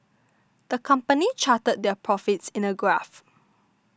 the company charted their profits in a graph